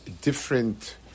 different